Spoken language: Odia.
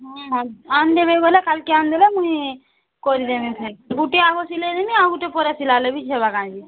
ନ ନାଇଁ ଆଣିଦେବେ ବୋଲେ କାଲିକେ ଆଣିଦେବେ ମୁଇଁ କରିଦେବି ଥାଇ ଗୋଟେ ଆଗ ସିଲେଇ ଦେବି ଆଉ ଗୋଟେ ପରେ ସିଲାଲେ ବି ଚଳିବ କାଇଁକି